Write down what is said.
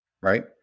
right